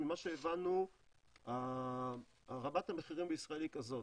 ממה שהבנו רמת המחירים בישראל היא כזאת,